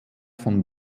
von